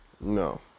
no